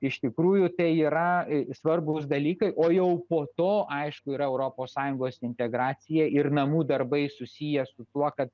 iš tikrųjų tai yra svarbūs dalykai o jau po to aišku yra europos sąjungos integracija ir namų darbai susiję su tuo kad